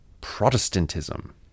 Protestantism